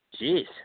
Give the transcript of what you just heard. Jeez